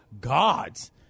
gods